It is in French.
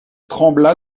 trembla